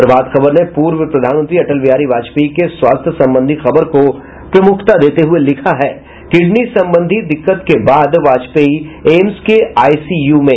प्रभात खबर ने पूर्व प्रधानमंत्री अटल बिहारी वाजपेयी के स्वास्थ्य संबंधी खबर को प्रमुखता देते हुए लिखा है किडनी संबंधी दिक्कत के बाद वाजपेयी एम्स के आईसीयू में